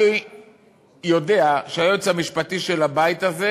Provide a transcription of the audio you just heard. אני יודע שהיועץ המשפטי של הבית הזה